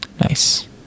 nice